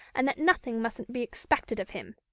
and that nothing mustn't be expected of him.